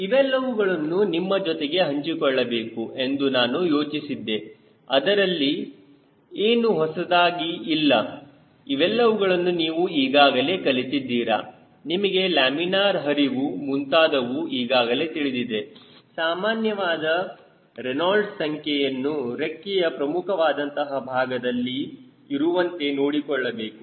ಇವೆಲ್ಲವುಗಳನ್ನು ನಿಮ್ಮ ಜೊತೆಗೆ ಹಂಚಿಕೊಳ್ಳಬೇಕು ಎಂದು ನಾನು ಯೋಚಿಸಿದ್ದೆ ಅದರಲ್ಲಿ ಏನು ಹೊಸದಾಗಿ ಇಲ್ಲ ಇವೆಲ್ಲವುಗಳನ್ನು ನೀವು ಈಗಾಗಲೇ ಕಲಿತಿದ್ದೀರಾ ನಿಮಗೆ ಲ್ಯಾಮಿನಾರ್ ಹರಿವು ಮುಂತಾದವು ಈಗಾಗಲೇ ತಿಳಿದಿದೆ ಸಾಮಾನ್ಯವಾದ ರೆನಾಲ್ಡ್ಸ್Raynold's ಸಂಖ್ಯೆಯನ್ನು ರೆಕ್ಕೆಯ ಪ್ರಮುಖವಾದಂತಹ ಭಾಗದಲ್ಲಿ ಇರುವಂತೆ ನೋಡಿಕೊಳ್ಳಬೇಕು